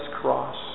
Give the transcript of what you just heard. cross